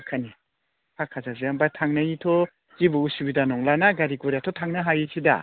फाखानि फाखा जासै होमबा थांनायनिथ' जेबो असुबिदा नंला गारि गुरायाथ' थांनो हायोसो दा